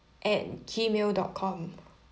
at gmail dot com